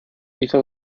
hizo